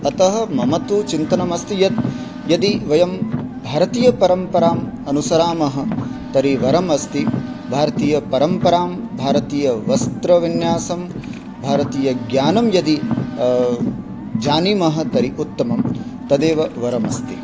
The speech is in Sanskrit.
अतः मम तु चिन्तनमस्ति यत् यदि वयं भारतीयपरम्पराम् अनुसरामः तर्हि वरमस्ति भारतीयपरम्परां भारतीयवस्त्रविन्यासं भारतीयज्ञानं यदि जानीमः तर्हि उत्तमं तदेव वरमस्ति